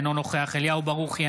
אינו נוכח אליהו ברוכי,